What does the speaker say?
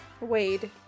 Wade